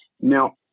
Now